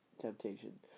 temptation